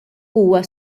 huwa